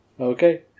Okay